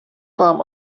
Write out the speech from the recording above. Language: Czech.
vám